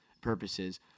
purposes